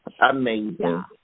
Amazing